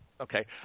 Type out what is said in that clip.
Okay